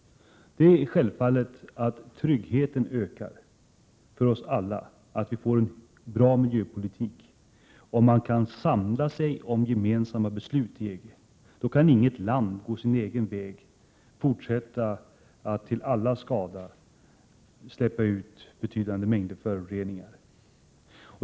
Det är självfallet att tryggheten ökar för oss alla så att vi får en bra miljöpolitik, om man kan samla sig kring gemensamma beslut i EG. Då kan inget land gå sin egen väg och fortsätta att till allas skada släppa ut betydande mängder föroreningar.